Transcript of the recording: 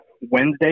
Wednesday